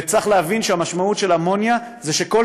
וצריך להבין שהמשמעות של אמוניה זה שכל